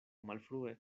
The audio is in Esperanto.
malfrue